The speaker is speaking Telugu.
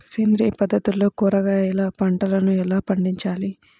సేంద్రియ పద్ధతుల్లో కూరగాయ పంటలను ఎలా పండించాలి?